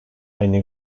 aynı